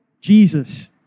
Jesus